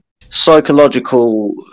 psychological